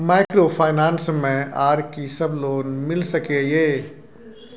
Microfinance मे आर की सब लोन मिल सके ये?